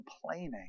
complaining